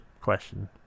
question